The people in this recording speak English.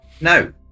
No